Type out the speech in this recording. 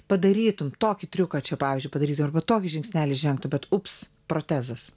padarytum tokį triuką čia pavyzdžiui padarytum arba tokį žingsnelį žengtum bet ups protezas